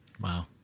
Wow